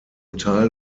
teil